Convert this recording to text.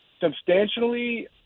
substantially